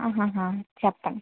హాహా చెప్పండి